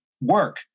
work